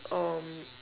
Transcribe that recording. um